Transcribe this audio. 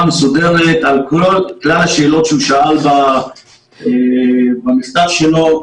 מסודרת על כלל השאלות שהוא שאל במכתב שלו,